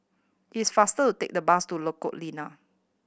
it's faster to take the bus to Lengkok Lima